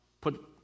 put